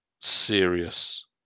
serious